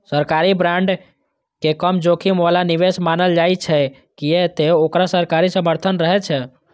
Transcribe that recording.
सरकारी बांड के कम जोखिम बला निवेश मानल जाइ छै, कियै ते ओकरा सरकारी समर्थन रहै छै